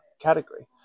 category